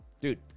Dude